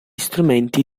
strumenti